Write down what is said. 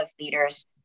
leaders